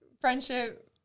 friendship